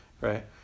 right